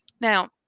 Now